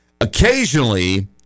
Occasionally